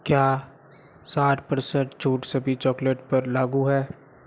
क्या साठ पर्सेंट छूट सभी चॉकलेट पर लागू है